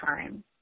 time